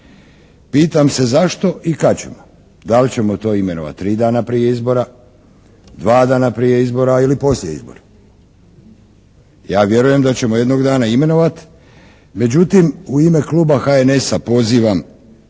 Pitam se zašto i kad ćemo? Da li ćemo to imenovati tri dana prije izbora? Dva dana prije izbora ili poslije izbora? Ja vjerujem da ćemo jednog dana imenovati međutim u ime Kluba HNS-a pozivam